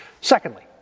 Secondly